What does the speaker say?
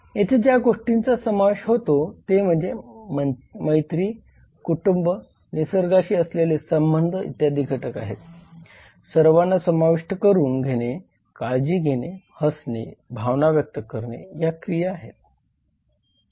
येथे ज्या गोष्टींचा समावेश होतो ते म्हणजे म्हणजे मैत्री कुटुंब निसर्गाशी असलेले संबंध इत्यादी घटक आहेत सर्वांना समाविष्ट करून घेणे काळजी घेणे हसणे भावना व्यक्त करणे या क्रिया आहेत